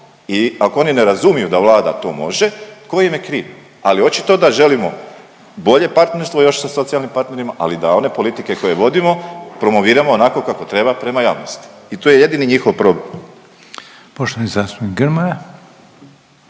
I ako oni ne razumiju da Vlada to može tko im je kriv, ali očito da želimo bolje partnerstvo još sa socijalnim partnerima, ali da one politike koje vodimo promoviramo onako kako treba prema javnosti. I tu je jedini njihov problem.